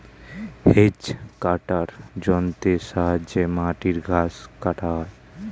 hedge কাটার যন্ত্রের সাহায্যে মাটির ঘাস কাটা হয়